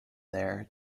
there